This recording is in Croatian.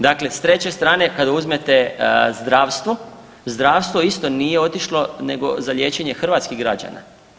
Dakle, s treće strane kada uzmete zdravstvo, zdravstvo isto nije otišlo nego za liječenje hrvatskih građana.